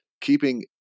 keeping